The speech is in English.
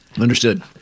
Understood